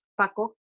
Paco